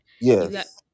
yes